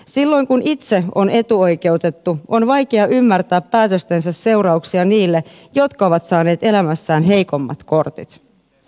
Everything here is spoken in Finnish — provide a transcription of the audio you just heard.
silloin kun itse on etuoikeutettu on vaikea ymmärtää päätöstensä seurauksia niille jotka ovat saaneet elämässään heikommat kortit